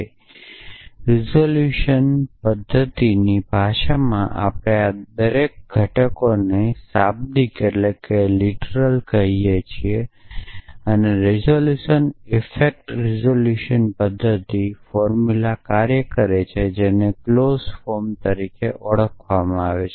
તેથી રીઝોલ્યુશન પદ્ધતિની ભાષામાં આપણે આ દરેક ઘટકોને શાબ્દિક કહીએ છીએ અને રીઝોલ્યુશન ઇફેક્ટ રિઝોલ્યુશન પદ્ધતિ ફોર્મુલા કાર્ય કરે છે જેને ક્લોઝ ફોર્મ તરીકે ઓળખવામાં આવે છે